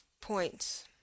points